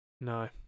No